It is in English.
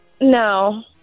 No